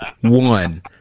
one